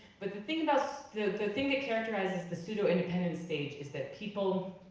but the thing and so the thing that characterizes the pseudo independence stage is that people